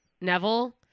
Neville